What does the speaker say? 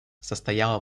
состояла